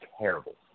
terrible